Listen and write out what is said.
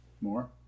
More